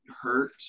Hurt